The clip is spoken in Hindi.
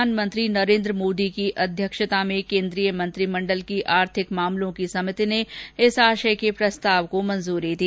प्रधानमंत्री नरेन्द्र मोदी की अध्यक्षता में केन्द्रीय मंत्रिमंडल की आर्थिक मामलों की समिति ने इस आशय के प्रस्ताव को मंजूरी दी